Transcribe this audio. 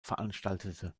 veranstaltete